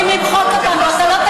למחוק אותנו, זה מה שאתם רוצים.